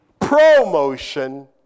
promotion